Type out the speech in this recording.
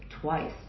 twice